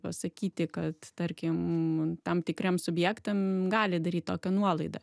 pasakyti kad tarkim tam tikriems subjektam gali daryt tokią nuolaidą